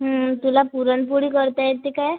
तुला पुरणपोळी करता येते काय